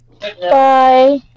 Bye